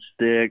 stick